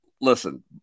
Listen